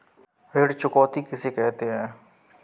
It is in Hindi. ऋण चुकौती किसे कहते हैं?